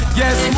yes